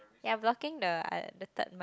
you're blocking the uh the third mic